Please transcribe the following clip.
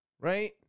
right